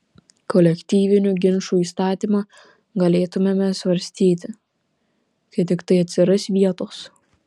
kolektyvinių ginčų įstatymą galėtumėme svarstyti kai tiktai atsiras vietos